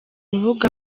rubuga